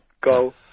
Go